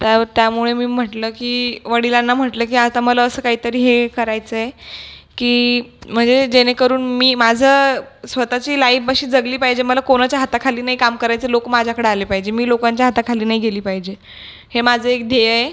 त्या त्यामुळे मी म्हटलं की वडिलांना म्हटलं की आता मला असं काहीतरी हे करायचं आहे की म्हणजे जेणेकरून मी माझं स्वत ची लाईफ अशी जगली पाहिजे मला कोणाच्या हाताखाली नाही काम करायचं लोक माझ्याकडं आले पाहिजे मी लोकांच्या हाताखाली नाही गेली पाहिजे हे माझं एक ध्येय आहे